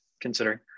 considering